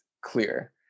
clear